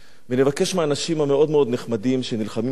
ונבקש מהאנשים המאוד-מאוד נחמדים שנלחמים עבור